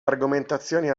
argomentazioni